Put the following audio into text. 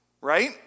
right